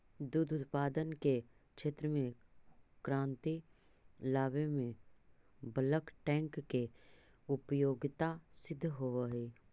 दुध उत्पादन के क्षेत्र में क्रांति लावे में बल्क टैंक के उपयोगिता सिद्ध होवऽ हई